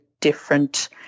different